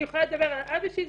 אני יכולה לדבר על אבא שלי,